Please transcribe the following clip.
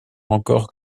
encore